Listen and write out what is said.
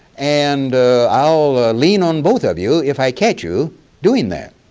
and i'll lean on both of you if i catch you doing that.